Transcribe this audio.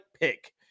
pick